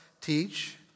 teach